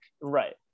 right